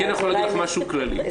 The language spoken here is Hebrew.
אני